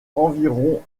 environ